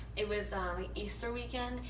it was easter weekend.